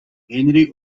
henry